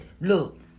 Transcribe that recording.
Look